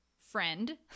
friend